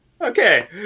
okay